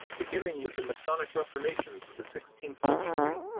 beginning with the masonic reformations of the sixteenth century,